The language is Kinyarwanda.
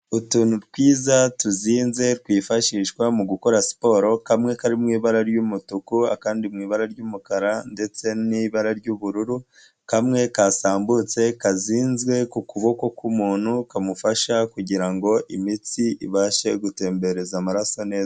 Utuntu twiza tuzinze twifashishwa mu gukora siporo, kamwe kari mu ibara ry'umutuku akandi mu ibara ry'umukara ndetse n'ibara ry'ubururu, kamwe kasambutse kazinze ku kuboko k'umuntu kamufasha kugira ngo imitsi ibashe gutembereza amaraso neza.